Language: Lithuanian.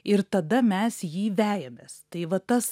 ir tada mes jį vejamės tai va tas